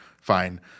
Fine